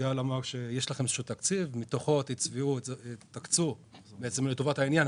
גל אמר שיש לנו איזה שהוא תקציב שמתוכו נקצה לטובת העניין,